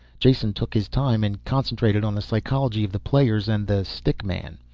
jason took his time and concentrated on the psychology of the players and the stick man.